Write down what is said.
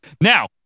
Now